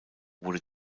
wurde